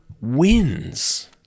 wins